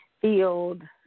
field